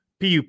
PUP